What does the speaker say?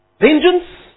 Vengeance